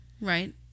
Right